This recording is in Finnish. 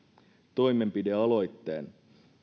toimenpidealoitteen